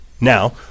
Now